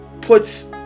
puts